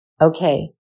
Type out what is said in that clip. Okay